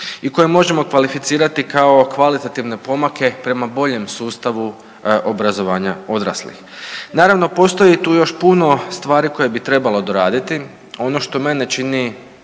i koje može kvalificirati kao kvalitativne pomake prema boljem sustavu obrazovanja odraslih. Naravno, postoji tu još puno stvari koje bi trebalo doraditi. Ono što mene čini